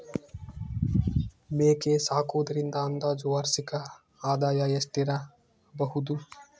ಮೇಕೆ ಸಾಕುವುದರಿಂದ ಅಂದಾಜು ವಾರ್ಷಿಕ ಆದಾಯ ಎಷ್ಟಿರಬಹುದು?